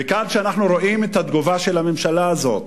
וכאן, כשאנחנו רואים את התגובה של הממשלה הזאת,